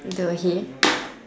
the head